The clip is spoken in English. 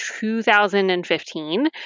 2015